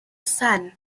son